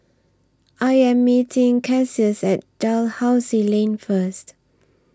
I Am meeting Cassius At Dalhousie Lane First